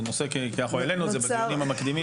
כי זה נושא שהעלינו פה בדיונים המקדימים.